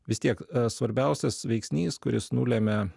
vis tiek svarbiausias veiksnys kuris nulemia